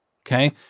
okay